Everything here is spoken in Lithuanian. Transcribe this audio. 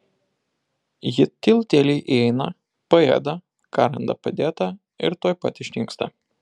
ji tylutėliai įeina paėda ką randa padėta ir tuoj pat išnyksta